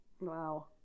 Wow